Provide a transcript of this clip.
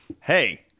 hey